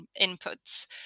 inputs